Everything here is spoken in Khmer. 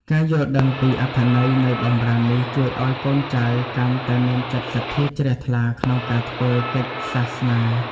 ការយល់ដឹងពីអត្ថន័យនៃបម្រាមនេះជួយឱ្យកូនចៅកាន់តែមានចិត្តសទ្ធាជ្រះថ្លាក្នុងការធ្វើកិច្ចសាសនា។